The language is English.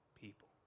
people